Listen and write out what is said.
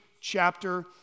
chapter